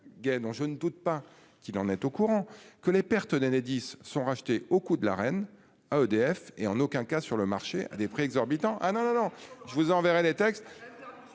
Non, je ne doute pas qu'il en est au courant que les pertes d'Enedis sont rachetés au coût de la reine à EDF et en aucun cas sur le marché à des prix exorbitants. Ah non non non je vous enverrai les textes.